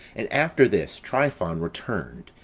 and after this tryphon returned,